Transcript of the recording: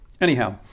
Anyhow